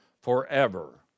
forever